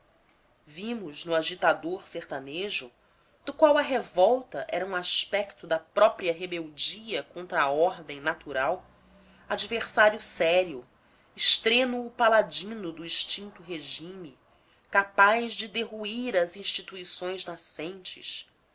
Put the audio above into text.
vimos no agitador sertanejo do qual a revolta era um aspecto da própria rebeldia contra a ordem natural adversário sério estrênuo paladino do extinto regime capaz de derruir as instituições nascentes